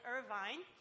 Irvine